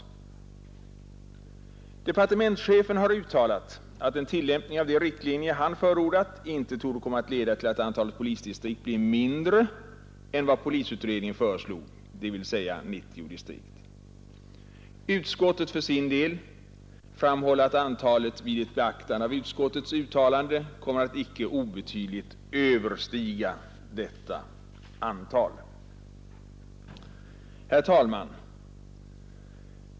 Departementschefen har uttalat att en tillämpning av de riktlinjer som han har förordat inte torde komma att leda till att antalet polisdistrikt blir mindre än vad polisutredningen föreslog, dvs. 90 distrikt. Utskottet för sin del framhåller att antalet vid ett beaktande av utskottets uttalande kommer att icke obetydligt överstiga denna siffra. Herr talman!